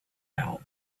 valve